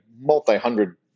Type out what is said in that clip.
multi-hundred